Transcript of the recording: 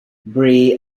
bree